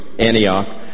Antioch